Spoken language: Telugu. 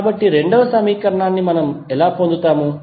కాబట్టి రెండవ సమీకరణాన్ని ఎలా పొందుతాము